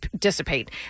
dissipate